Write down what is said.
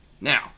Now